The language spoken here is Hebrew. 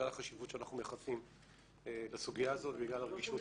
בגלל החשיבות